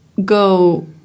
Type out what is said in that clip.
go